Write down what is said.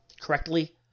correctly